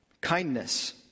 kindness